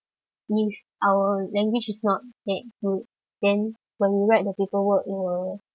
if our language is not that good then when we write the paperwork it will